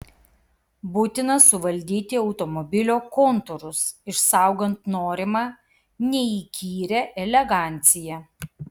būtina suvaldyti automobilio kontūrus išsaugant norimą neįkyrią eleganciją